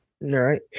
right